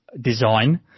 design